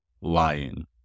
lying